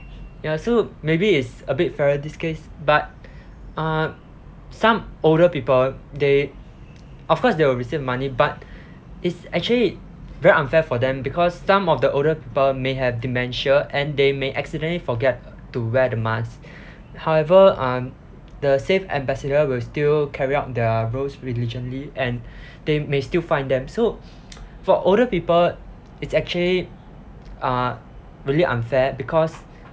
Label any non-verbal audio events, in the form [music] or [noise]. ya so maybe it's a bit fairer this case but uh some older people they of course they will receive money but it's actually very unfair for them because some of the older people may have dementia and they may accidentally forget to wear the mask however uh the safe ambassador will still carry out their roles religiously and they may still fine them so [noise] for older people it's actually uh really unfair because